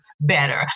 better